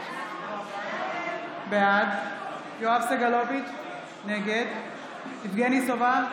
בעד יואב סגלוביץ' נגד יבגני סובה,